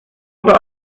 oder